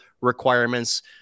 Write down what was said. requirements